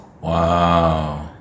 Wow